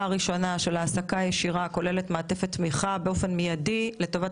הראשונה של העסקה ישירה הכוללת מעטפת תמיכה באופן מידי לטובת